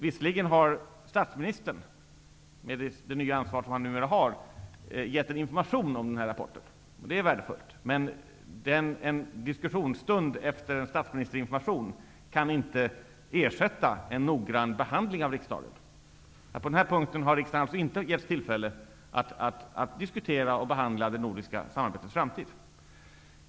Visserligen har statsministern, med det nya ansvar som han numera har, gett en information om rapporten, och det är värdefullt, men en diskussionsstund efter en statsministerinformation kan inte ersätta en noggrann behandling av riksdagen. På den punkten har riksdagen alltså inte getts tillfälle att diskutera och behandla det nordiska samarbetets framtid.